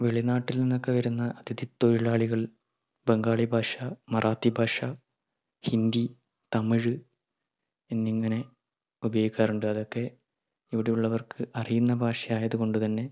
വെളിനാട്ടിൽ നിന്നൊക്കെ വരുന്ന അതിഥി തൊഴിലാളികൾ ബംഗാളിഭാഷ മറാത്തി ഭാഷ ഹിന്ദി തമിഴ് എന്നിങ്ങനെ ഉപയോഗിക്കാറുണ്ട് അതൊക്കെ ഇവിടെയുള്ളവർക്ക് അറിയുന്ന ഭാഷ ആയത് കൊണ്ട് തന്നെ